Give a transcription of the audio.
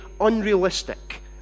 unrealistic